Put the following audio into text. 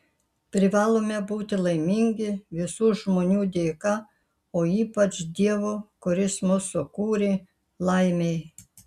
privalome būti laimingi visų žmonių dėka o ypač dievo kuris mus sukūrė laimei